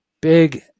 big